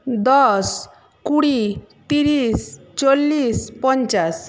দশ কুড়ি তিরিশ চল্লিশ পঞ্চাশ